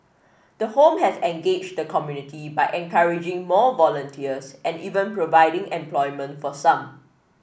the home has engaged the community by encouraging more volunteers and even providing employment for some